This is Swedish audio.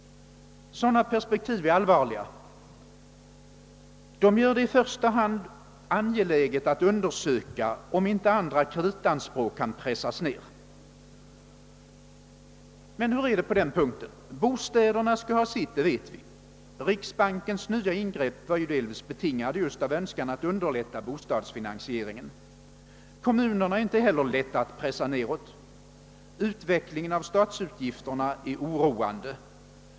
Sådana perspektiv är allvarliga. De gör det i första hand angeläget att undersöka, om inte andra kreditanspråk kan pressas ned. Men hur är det på den punkten? Bostäderna skall ha sitt, det vet vi. Riksbankens nya ingrepp var ju delvis betingade just av en önskan att underlätta bostadsfinansieringen. Kommunernas anspråk är inte heller lätta att pressa ned. Utvecklingen av statsutgifterna är oroande.